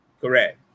Correct